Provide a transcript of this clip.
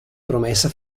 promessa